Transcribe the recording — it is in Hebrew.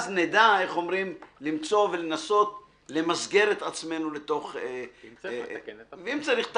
אז נדע למצוא ולנסות למסגר את עצמנו ואם צריך לתקן,